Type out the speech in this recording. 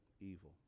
evil